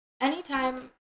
anytime